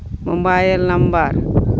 mobile number